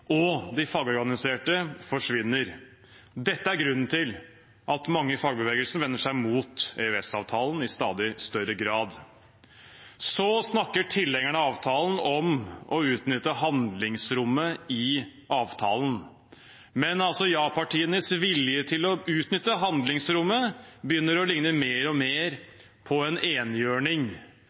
og de fagorganiserte forsvinner. Dette er grunnen til at mange i fagbevegelsen vender seg mot EØS-avtalen i stadig større grad. Tilhengerne av avtalen snakker om å utnytte handlingsrommet i avtalen. Men ja-partienes vilje til å utnytte handlingsrommet begynner å ligne mer og mer på en